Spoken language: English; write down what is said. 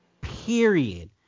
Period